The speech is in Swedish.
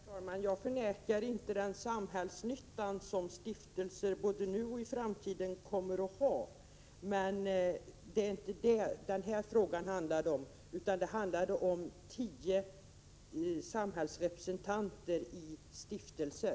Herr talman! Jag förnekar inte den samhällsnytta som stiftelserna gör i dag och kommer att göra i framtiden. Det är emellertid inte det denna fråga handlar om. Det handlar om tio samhällsrepresentanter i stiftelser.